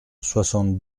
soixante